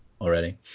already